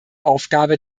aufgabe